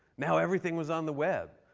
now everything was on the web.